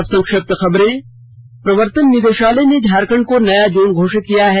और अब संक्षिप्त खबरें प्रवर्तन निदेशालय ने झारखंड को नया जोन घोषित किया है